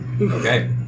Okay